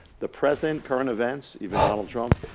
the present current events, even donald trump,